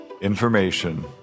information